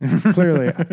clearly